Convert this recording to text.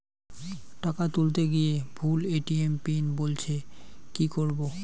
টাকা তুলতে গিয়ে ভুল এ.টি.এম পিন বলছে কি করবো?